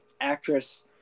actress